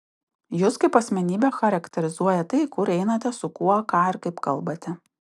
jus kaip asmenybę charakterizuoja tai kur einate su kuo ką ir kaip kalbate